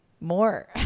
more